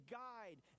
guide